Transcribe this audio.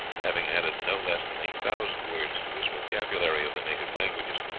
having added no less than eight thousand words to his vocabulary of the native languages.